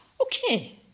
okay